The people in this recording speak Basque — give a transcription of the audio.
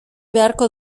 beharko